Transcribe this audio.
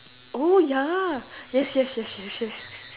oh ya yes yes yes yes yes